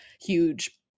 huge